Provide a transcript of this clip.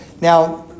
Now